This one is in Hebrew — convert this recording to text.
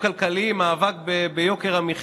היו חברי